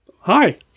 Hi